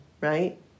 right